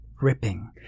ripping